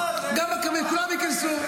גם בקבינט, כולם ייכנסו.